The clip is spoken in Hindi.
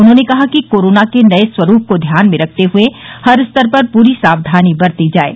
उन्होंने कहा कि कोरोना के नये स्वरूप को ध्यान में रखते हुए हर स्तर पर पूरी सावधानी बरती जाये